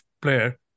player